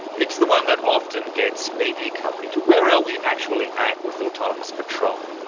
it's the one that often gets media coverage. where are we actually at with autonomous patrol?